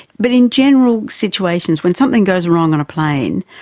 but in general situations when something goes wrong on a plane,